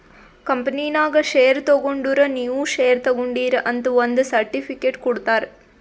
ಕಂಪನಿನಾಗ್ ಶೇರ್ ತಗೊಂಡುರ್ ನೀವೂ ಶೇರ್ ತಗೊಂಡೀರ್ ಅಂತ್ ಒಂದ್ ಸರ್ಟಿಫಿಕೇಟ್ ಕೊಡ್ತಾರ್